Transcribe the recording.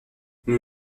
nous